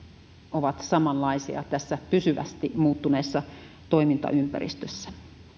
ovat samanlaisia tässä pysyvästi muuttuneessa toimintaympäristössä